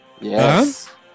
Yes